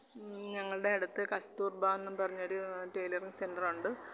ഞങ്ങളുടെ അടുത്ത് കസ്തൂർബ എന്നും പറഞ്ഞ് ഒരു ടേയ്ലറിങ് സെൻ്റർ ഉണ്ട്